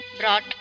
brought